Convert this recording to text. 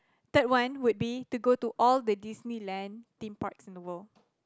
third one would be to go to all the Disneyland theme parks in the world